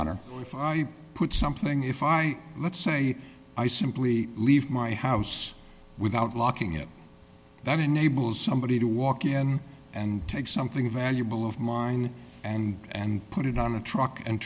you put something if i let's say i simply leave my house without locking it that enables somebody to walk in and take something valuable of mine and and put it on a truck and